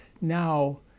now